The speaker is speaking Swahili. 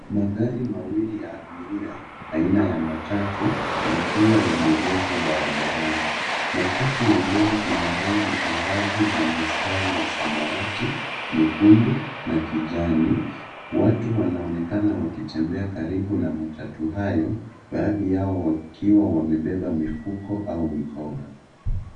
Magari mawili ya abiria aina ya matatu yakiwa yameegeshwa barabarani. Matatu ya mbele ina rangi angavu za mistari ya samawati nyekundu na kijani. Watu wanaonekana wakitembea karibu na matatu hayo baadhi yao wakiwa wamebeba mifuko au mikoba.